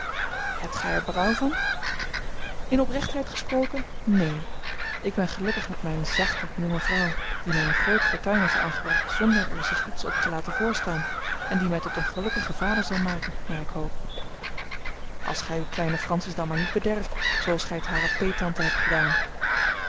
hebt gij er berouw van in oprechtheid gesproken neen ik ben gelukkig met mijne zachte jonge vrouw die mij eene groote fortuin heeft aangebracht zonder er zich iets op te laten voorstaan en die mij tot een gelukkigen vader zal maken naar ik hoop als gij uw kleine francis dan maar niet bederft zooals gij het hare peettante hebt gedaan